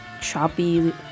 choppy